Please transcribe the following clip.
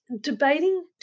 debating